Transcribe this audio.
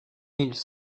ils